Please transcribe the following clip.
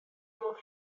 modd